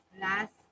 last